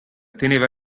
teneva